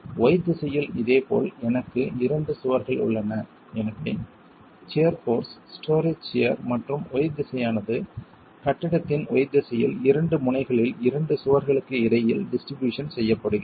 y திசையில் இதேபோல் எனக்கு இரண்டு சுவர்கள் உள்ளன எனவே சியர் போர்ஸ் ஸ்டோரே சியர் மற்றும் y திசையானது கட்டிடத்தின் y திசையில் இரண்டு முனைகளில் இரண்டு சுவர்களுக்கு இடையில் டிஸ்ட்ரிபியூஷன் செய்யப்படுகிறது